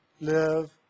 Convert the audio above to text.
live